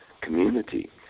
community